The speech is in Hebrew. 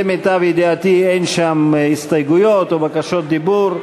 למיטב ידיעתי אין שם הסתייגויות או בקשות דיבור,